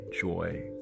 joy